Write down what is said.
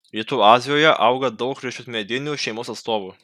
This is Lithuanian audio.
rytų azijoje auga daug riešutmedinių šeimos atstovų